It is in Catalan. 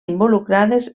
involucrades